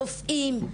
רופאים,